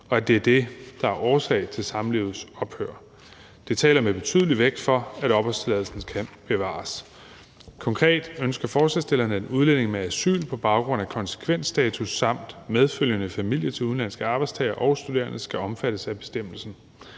og at det er det, der er årsag til samlivets ophør. Det taler med betydelig vægt for, at opholdstilladelsen kan bevares. Konkret ønsker forslagsstillerne, at udlændinge med asyl på baggrund af konsekvensstatus samt medfølgende familie til udenlandske arbejdstagere og studerende skal omfattes af bestemmelsen.